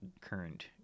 current